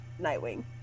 Nightwing